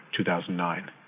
2009